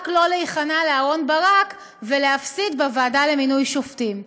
רק לא להיכנע לאהרן ברק ולהפסיד בוועדה לבחירת שופטים.